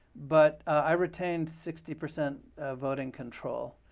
but i retained sixty percent voting control.